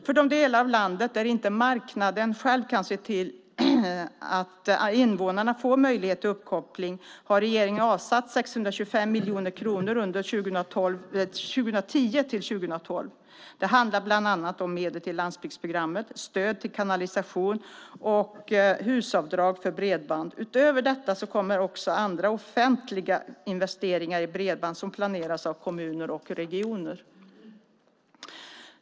För de delar av landet där inte marknaden själv kan se till att invånarna får möjlighet till uppkoppling har regeringen avsatt 625 miljoner kronor under 2010-2012. Det handlar bland annat om medel till landsbygdsprogrammet, stöd till kanalisation och husavdrag för bredband. Utöver detta kommer också andra offentliga investeringar i bredband som planeras av kommuner och regioner.